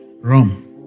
Rome